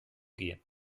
gehen